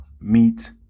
meat